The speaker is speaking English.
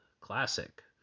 classic